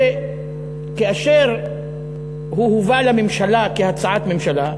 שכאשר הוא הובא לממשלה כהצעת הממשלה,